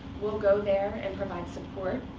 we'll go there and provide support.